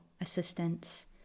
assistance